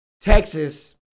Texas